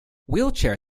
wheelchair